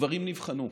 הדברים נבחנו.